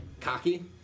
cocky